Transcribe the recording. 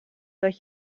dat